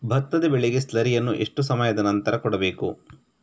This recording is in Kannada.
ಭತ್ತದ ಬೆಳೆಗೆ ಸ್ಲಾರಿಯನು ಎಷ್ಟು ಸಮಯದ ಆನಂತರ ಕೊಡಬೇಕು?